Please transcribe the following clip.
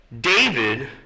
David